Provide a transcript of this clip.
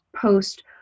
post